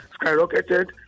skyrocketed